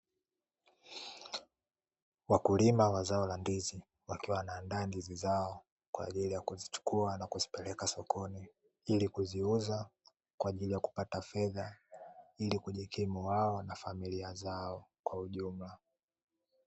Wakulima wa zao la ndizi wakiwa wanaandaa ndizi zao, kwa ajili ya kuzichukua na kuzipeleka sokoni ili kuziuza kwa ajili ya kupata fedha ili kujikimu wao na familia zao kwa ujumla.